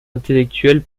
intellectuels